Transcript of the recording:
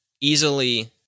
easily